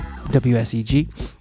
WSEG